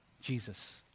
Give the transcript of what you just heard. Jesus